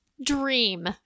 dream